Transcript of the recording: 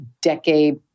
decade